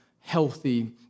healthy